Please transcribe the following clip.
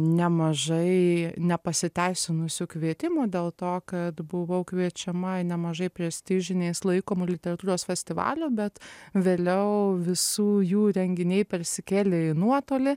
nemažai nepasiteisinusių kvietimo dėl to kad buvau kviečiama į nemažai prestižiniais laikomų literatūros festivalių bet vėliau visų jų renginiai persikėlė į nuotolį